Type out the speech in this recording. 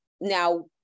now